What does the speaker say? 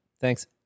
Thanks